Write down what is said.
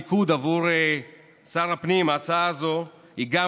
מיקוד עבור שר הפנים: ההצעה הזאת היא גם